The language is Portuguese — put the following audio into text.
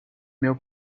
meu